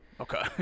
Okay